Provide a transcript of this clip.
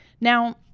Now